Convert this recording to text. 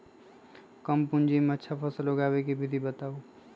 कम पूंजी में अच्छा फसल उगाबे के विधि बताउ?